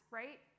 right